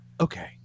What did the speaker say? Okay